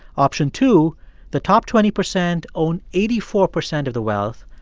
option two the top twenty percent own eighty four percent of the wealth.